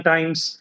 Times